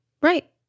Right